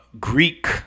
Greek